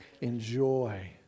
enjoy